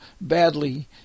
badly